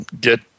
Get